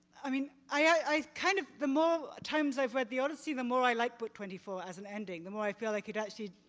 i mean kind of the more times i've read the odyssey, the more i like book twenty four as an ending, the more i feel like you'd actually